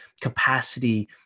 capacity